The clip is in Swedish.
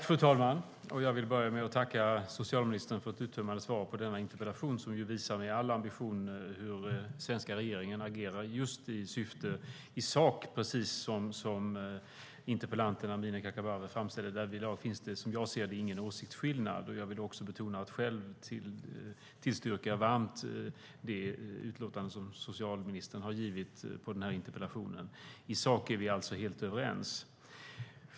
Fru talman! Jag vill börja med att tacka socialministern för det uttömmande svar på denna interpellation som med all ambition visar hur den svenska regeringen agerar i sak, precis som interpellanten Amineh Kakabaveh framställer det. Därvidlag finns det, som jag ser det, ingen åsiktsskillnad. Jag vill också betona att jag själv varmt tillstyrker det utlåtande som socialministern har givit på interpellationen. I sak är vi alltså helt överens.